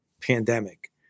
pandemic